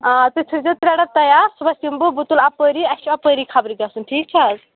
آ تُہۍ تھٲوزیٚو ترٛےٚ ڈَبہٕ تَیار صُبَحس یِمہٕ بہٕ بہٕ تُلہٕ اَپٲری اَسہِ چھُ اَپٲری خبرٕ گژھُن ٹھیٖک چھا حظ